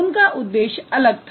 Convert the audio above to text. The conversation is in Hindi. उनका उद्देश्य अलग था